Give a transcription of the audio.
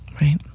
right